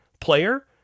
player